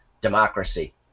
democracy